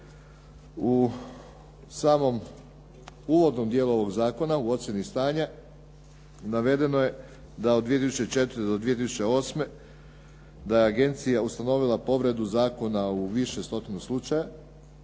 U samom uvodnom dijelu ovog zakona u ocjeni stanja navedeno je da od 2004. do 2008. da je agencija ustanovila povredu zakona u više stotina slučajeva,